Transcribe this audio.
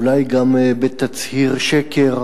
אולי גם בתצהיר שקר.